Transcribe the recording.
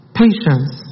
patience